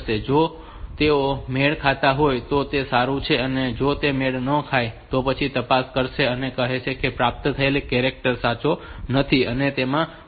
અને જો તેઓ મેળ ખાતા હોય તો તે સારું છે અને જો તે મેળ ન ખાય તો પછી તે તપાસ કરશે અને તે કહેશે કે પ્રાપ્ત થયેલ કેરેક્ટર સાચો નથી અને તેમાં ભૂલ છે